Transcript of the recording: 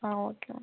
ಹಾಂ okay okay